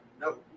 no